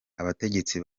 abategetsi